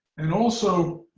and also,